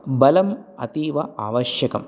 बलम् अतीव आवश्यकम्